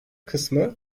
kısmı